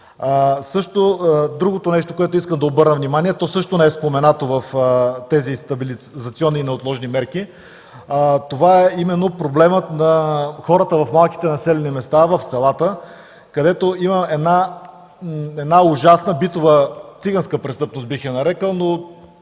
Другото нещо, на което искам да обърна внимание, а то не е споменато в тези стабилизационни и неотложни мерки, това е проблемът на хората в малките населени места, в селата, където има една ужасна битова циганска престъпност, бих я нарекъл, но,